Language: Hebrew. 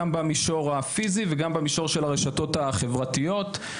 גם במישור הפיזי וגם במישור של הרשתות החברתיות.